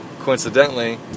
coincidentally